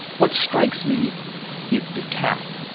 what strikes me is the cat.